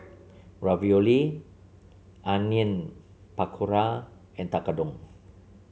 Ravioli Onion Pakora and Tekkadon